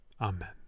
Amen